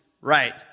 Right